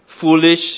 foolish